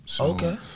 Okay